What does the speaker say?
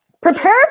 prepare